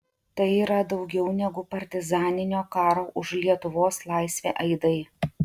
tai yra daugiau negu partizaninio karo už lietuvos laisvę aidai